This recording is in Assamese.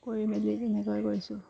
কৰি মেলি তেনেকৈ কৰিছোঁ